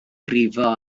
brifo